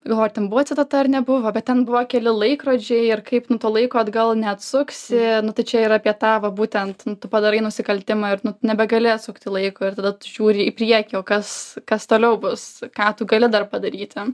galvoju ar ten buvo citata ar nebuvo bet ten buvo keli laikrodžiai ir kaip nu to laiko atgal neatsuksi nu tai čia ir apie tą vat būtent tu padarai nusikaltimą ir nebegali atsukti laiko ir tada tu žiūri į priekį o kas kas toliau bus ką tu gali dar padaryti